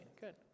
good